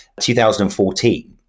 2014